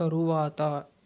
తరువాత